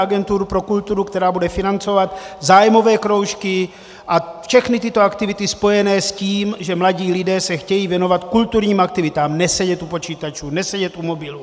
Udělejme agenturu pro kulturu, která bude financovat zájmové kroužky a všechny tyto aktivity spojené s tím, že mladí lidé se chtějí věnovat kulturním aktivitám, nesedět u počítačů, nesedět u mobilů.